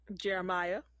Jeremiah